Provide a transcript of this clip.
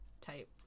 type